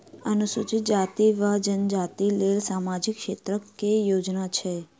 अनुसूचित जाति वा जनजाति लेल सामाजिक क्षेत्रक केँ योजना छैक?